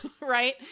right